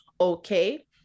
okay